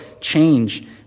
change